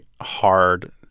hard